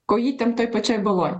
ko įtempoj pačioj baloj